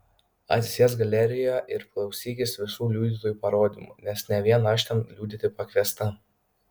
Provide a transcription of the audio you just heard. atsisėsk galerijoje ir klausykis visų liudytojų parodymų nes ne vien aš ten liudyti pakviesta